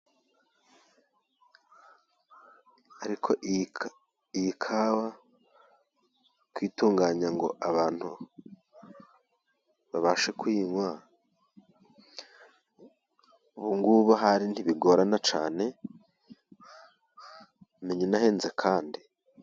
Ariko iyi kawa kuyitunganya kugira ngo abantu babashe kuyinywa ,ubungubu ahari ntibigorana cyane? Umenya ihenze kandi?